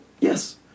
Yes